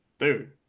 dude